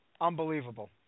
Unbelievable